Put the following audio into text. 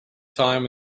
time